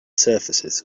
surfaces